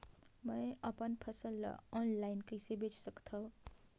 मैं अपन फसल ल ऑनलाइन कइसे बेच सकथव?